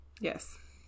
Yes